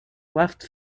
left